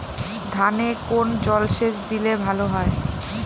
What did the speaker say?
ধানে কোন জলসেচ দিলে ভাল হয়?